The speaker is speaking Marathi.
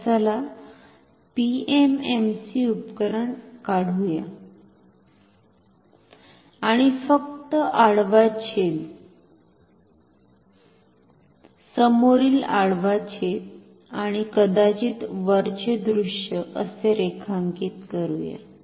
तर चला पीएमएमसी उपकरण काढूया आणि फक्त आड्वा छेद समोरील आड्वा छेद आणि कदाचित वरचे दृश्य असे रेखांकित करूया